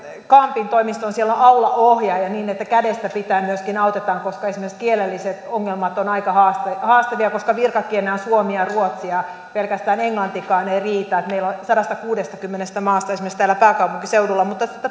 kampin toimistoon on aulaohjaaja niin että kädestä pitäen myöskin autetaan koska esimerkiksi kielelliset ongelmat ovat aika haastavia koska virkakielinä ovat suomi ja ruotsi ja pelkästään englantikaan ei riitä kun meillä on sadastakuudestakymmenestä maasta ihmisiä esimerkiksi täällä pääkaupunkiseudulla mutta